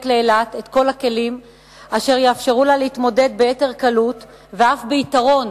לאילת את כל הכלים אשר יאפשרו לה להתמודד ביתר קלות ואף ביתרון